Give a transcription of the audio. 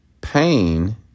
pain